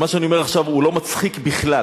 ומה שאני אומר עכשיו הוא לא מצחיק בכלל.